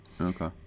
okay